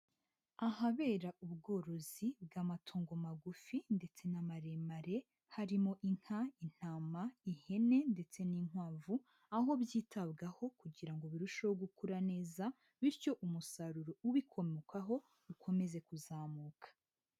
Ahabera ubworozi bw'amatungo magufi ndetse n'amaremare, harimo inka, intama, ihene, ndetse n'inkwavu, aho byitabwaho kugira ngo birusheho gukura neza, bityo umusaruro ubikomokaho ukomeze kuzamuka.